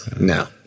no